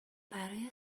برای